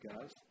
guys